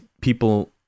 people